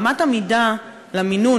אמת המידה למינון,